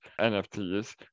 NFTs